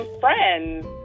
friends